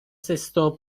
sesto